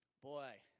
Boy